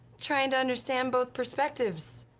trying to understand both perspectives,